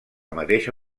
mateixa